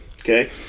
Okay